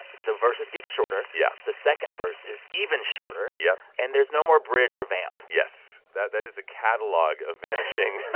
the verses get shorter yeah the second verse is even shorter yeah and there's no more bridge or vamp yes. that that is a catalog of vanishing.